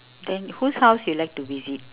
then whose house you like to visit